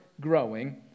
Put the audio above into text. growing